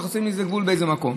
צריך לשים לזה גבול באיזה מקום.